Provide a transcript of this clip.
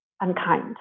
unkind